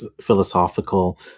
philosophical